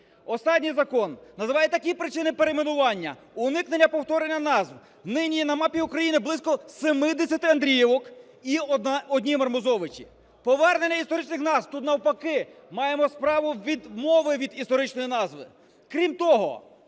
Останній закон називає такі причини перейменування: уникнення повторення назв. Нині є на мапі України близько 70 Андріївок і одні Мармузовичі. Повернення історичних назв – тут навпаки маємо справу відмови від історичної назви. Крім того,